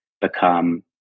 become